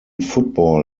football